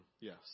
yes